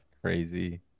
crazy